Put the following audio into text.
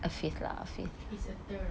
it's a third